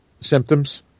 symptoms